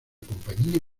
compañía